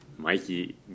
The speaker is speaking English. Mikey